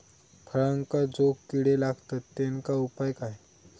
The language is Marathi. फळांका जो किडे लागतत तेनका उपाय काय?